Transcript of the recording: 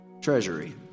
treasury